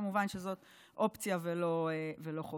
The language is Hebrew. כמובן שזאת אופציה ולא חובה.